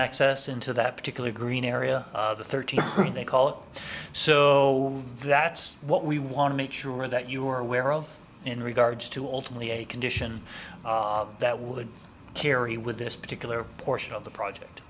access into that particular green area of the thirty they call it so that's what we want to make sure that you are aware of in regards to ultimately a condition that would carry with this particular portion of the project